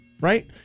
right